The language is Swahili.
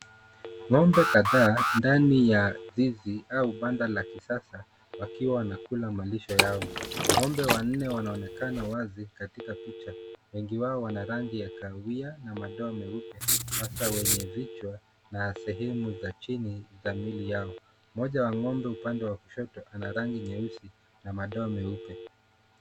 Ngombe kadhaa ndani ya zizi au banda la kisasa wakiwa wanakula malisho yao. Ngombe wanne wanaoneana wazi katika picha. Wengi wao wana rangi ya kahawia na madoa meupe hasa wenye vichwa na sehemu za chini za miili yao. Mmoja wa ngombe upande kushoto ana rangi nyeusi na madoa meupe.